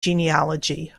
genealogy